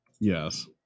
Yes